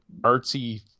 artsy